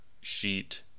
sheet